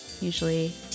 Usually